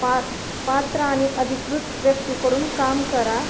पा पात्र आणि अधिकृत व्यक्तीकडून काम करा